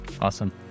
Awesome